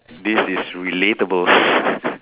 this is relatable